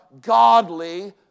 godly